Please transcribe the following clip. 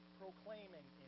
proclaiming